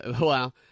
wow